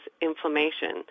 inflammation